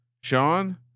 Sean